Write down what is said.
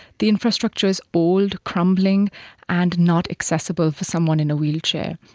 the infrastructure is old, crumbling and not accessible for someone in a wheelchair.